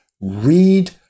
read